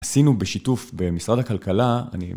עשינו בשיתוף במשרד הכלכלה.